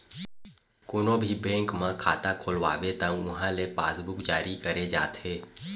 कोनो भी बेंक म खाता खोलवाबे त उहां ले पासबूक जारी करे जाथे